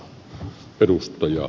arvoisa puhemies